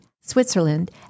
Switzerland